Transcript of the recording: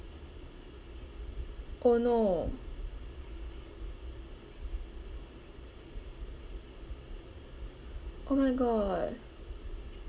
oh no oh my god